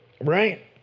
right